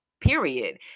Period